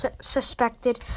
suspected